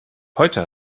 heute